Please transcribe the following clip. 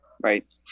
right